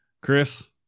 Chris